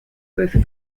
both